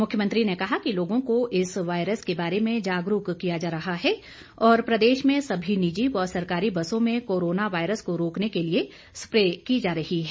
मुख्यमंत्री ने कहा कि लोगों को इस वायरस के बारे में जागरूक किया जा रहा है और प्रदेश में सभी निजी व सरकारी बसों में कोरोना वायरस को रोकने के लिए स्प्रे की जा रही है